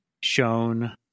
shown